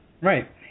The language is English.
Right